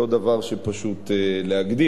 זה לא דבר שפשוט להגדיר,